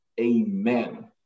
amen